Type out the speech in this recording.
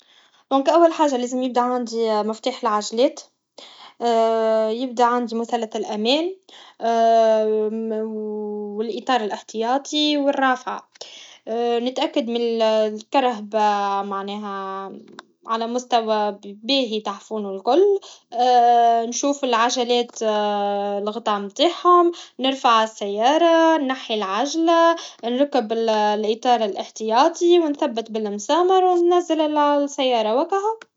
دونك اول حاجة لازم يبدا عندي مفتاح العجلات يبدا عندي مثلث الأمان والاطار الاحتياطي و الرافعه نتاكد ملكرهبه معناها على مستوى باهي تحفون و الكل نشوف العجلات لغطا نتاعهم نرفع السيارة نحي العجله نركب الاطار الاحتياطي و نثبت بالمسامر و نزل السياره و هك هو